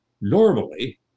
normally